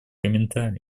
комментариев